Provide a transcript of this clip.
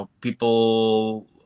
people